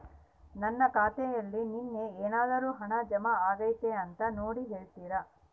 ನನ್ನ ಖಾತೆಯಲ್ಲಿ ನಿನ್ನೆ ಏನಾದರೂ ಹಣ ಜಮಾ ಆಗೈತಾ ಅಂತ ನೋಡಿ ಹೇಳ್ತೇರಾ?